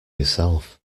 yourself